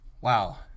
Wow